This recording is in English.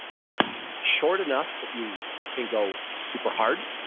and it's short enough that you can go super hard,